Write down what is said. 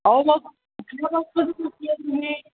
अहो मग तुम्ही